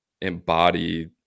embody